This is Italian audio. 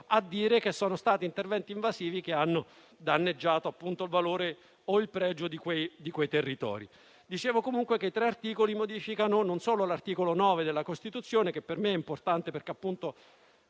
a dire che sono stati interventi invasivi che hanno danneggiato il valore o il pregio di quei territori. I tre articoli modificano non solo l'articolo 9 della Costituzione, che per me è importante perché è